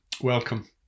welcome